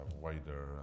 wider